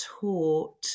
taught